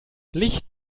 licht